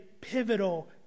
pivotal